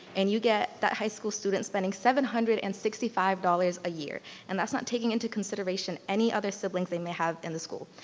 and you get that high school student spending seven hundred and sixty five dollars a year, and that's not taking into consideration any other siblings they may have in the school.